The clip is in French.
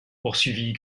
poursuivit